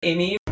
Amy